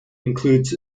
includes